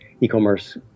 e-commerce